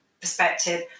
perspective